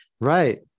Right